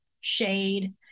shade